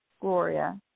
Gloria